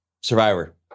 Survivor